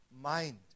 mind